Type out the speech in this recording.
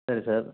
சரி சார்